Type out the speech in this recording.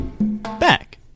back